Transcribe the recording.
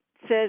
says